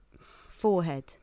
Forehead